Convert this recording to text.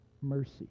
mercy